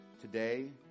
today